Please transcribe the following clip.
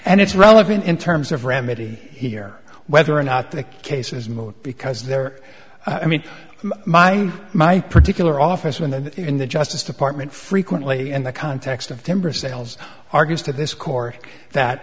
and it's relevant in terms of remedy here whether or not the case is moot because there i mean my my particular office when the in the justice department frequently in the context of timber sales argues to this court that